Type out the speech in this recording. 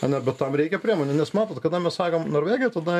ane bet tam reikia priemonių nes matot kada mes sakom norvegija tada